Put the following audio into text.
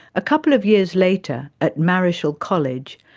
a couple of years later at marischal college,